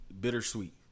bittersweet